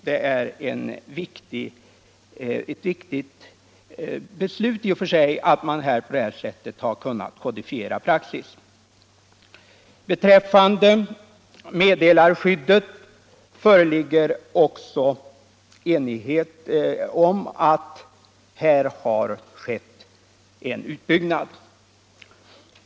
Det är i och för sig ett viktigt beslut att man på detta sätt har kunnat kodifiera praxis. Beträffande meddelarskyddet föreligger också enighet om att det här har skett en utbyggnad.